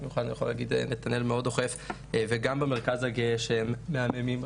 אני יכול להגיד שנתנאל מאוד דוחף וגם המרכז הגאה שהם מהממים,